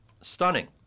Stunning